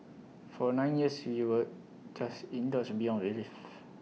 for nine years we were just indulged beyond belief